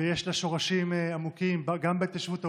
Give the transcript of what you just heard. ויש לה שורשים עמוקים גם בהתיישבות העובדת,